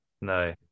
No